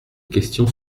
questions